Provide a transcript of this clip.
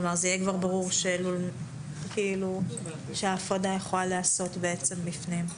כלומר, זה יהיה ברור שההפרדה יכולה להיעשות בפנים.